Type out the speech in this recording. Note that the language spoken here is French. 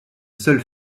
seul